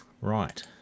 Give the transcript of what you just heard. Right